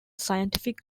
scientific